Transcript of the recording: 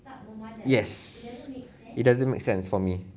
yes it doesn't make sense for me